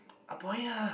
ah boy ah